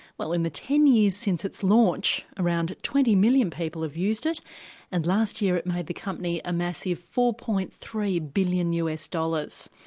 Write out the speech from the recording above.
well in the ten years since its launch around twenty million people have used it and last year it made the company a massive four dollars. three billion us dollars.